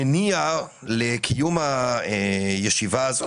המניע לקיום הישיבה הזאת